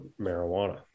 marijuana